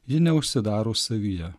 ji neužsidaro savyje